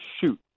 shoot